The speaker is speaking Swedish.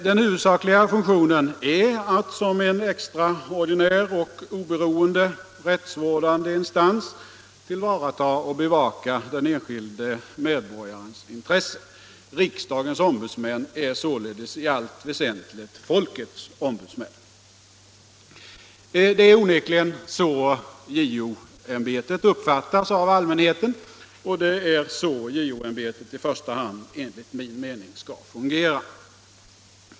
Den huvudsakliga funktionen är att som en extraordinär och oberoende rättsvårdande instans tillvarata och bevaka den enskilde medborgarens intresse. Riksdagens ombudsmän är således i allt väsentligt folkets ombudsmän. Det är onekligen så JO-ämbetet uppfattas av allmänheten, och det är så JO-ämbetet i första hand enligt min mening skall fungera.